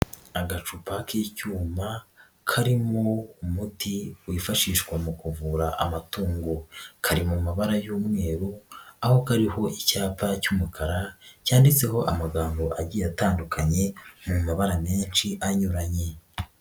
Agacupa k'icyuma, karimo umuti wifashishwa mu kuvura amatungo, kari mu mabara y'umweru, aho kariho icyapa cy'umukara, cyanditseho amagambo agiye atandukanye, mu mabara menshi anyuranye.